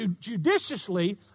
judiciously